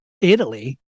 italy